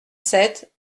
sept